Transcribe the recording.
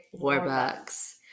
warbucks